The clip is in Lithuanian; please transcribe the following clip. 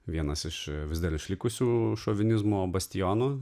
vienas iš vis dar išlikusių šovinizmo bastionų